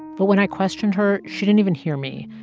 but when i questioned her, she didn't even hear me.